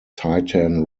titan